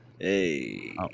Hey